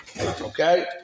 Okay